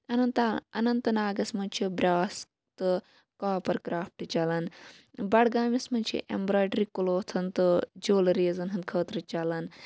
اَنَنت اَنَنٛت ناگَس مَنٛز چھُ براس تہٕ کوپَر کرافٹ چَلان بَڈگامِس مَنٛز چھِ ایٚمبراوڈری کلوتھَن تہٕ جُولِریٖزَن ہٕنٛدۍ خٲطرٕ چَلان